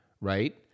right